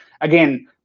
again